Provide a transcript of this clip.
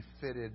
fitted